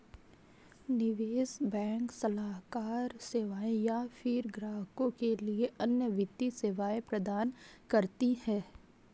निवेश बैंक सलाहकार सेवाएँ या फ़िर ग्राहकों के लिए अन्य वित्तीय सेवाएँ प्रदान करती है